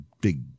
big